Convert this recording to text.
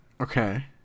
Okay